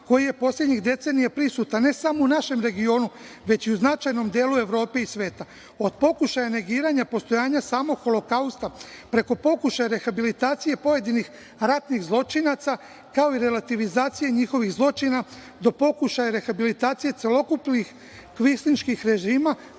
koji je poslednjih decenija prisutan ne samo u našem regionu, već i u značajnom delu Evrope i sveta. Od pokušaja negiranja postojanja samog Holokausta, preko pokušaja rehabilitacije pojedinih ratnih zločinaca, kao i relativizacija njihovih zločin, do pokušaja revitalizacije celokupnih kvislingških režima